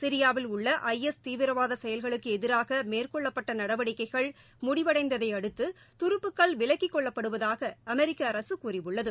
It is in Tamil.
சிரியாவில் உள்ள ஐ எஸ் தீவிரவாத செயல்களுக்கு எதிராக மேற்கொள்ளப்பட்ட நடவடிக்கைகள் முடிவடைந்ததையடுத்து துருப்புக்கள் விலக்கிக்கொள்ளப்படுவதாக அமெரிக்க அரசு கூறியுள்ளது